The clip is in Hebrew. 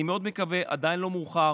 אני מאוד מקווה, עדיין לא מאוחר.